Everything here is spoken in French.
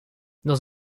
dans